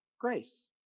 grace